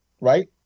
right